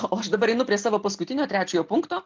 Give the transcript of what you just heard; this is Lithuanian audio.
o aš dabar einu prie savo paskutinio trečiojo punkto